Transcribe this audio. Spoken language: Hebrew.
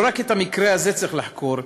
לא רק את המקרה צריך לחקור,